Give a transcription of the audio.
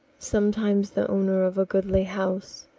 sometimes the owner of a goodly house,